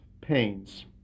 pains